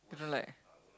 you don't like